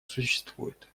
существует